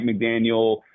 McDaniel